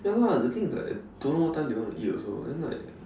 ya lah the thing is like I don't know what time they want eat also then like